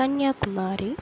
Kanyakumari